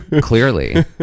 Clearly